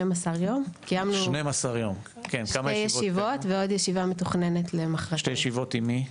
שתי ישיבות עם מי?